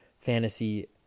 fantasy